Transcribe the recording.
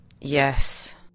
Yes